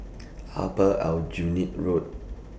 Upper Aljunied Road